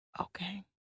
Okay